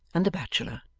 and the bachelor.